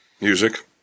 music